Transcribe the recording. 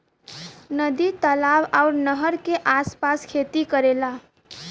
नदी तालाब आउर नहर के आस पास खेती करेला